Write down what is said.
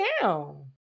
down